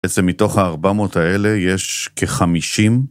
בעצם מתוך הארבע מאות האלה יש כחמישים.